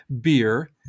beer